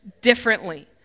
differently